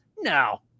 No